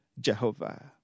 Jehovah